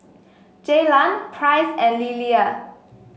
Jaylan Price and Lelia